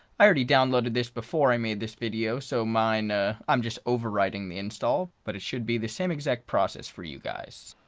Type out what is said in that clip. i already downloaded this before i made this video so mine i'm just overriding the install but it should be the same exact process for you guys.